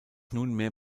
nunmehr